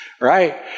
right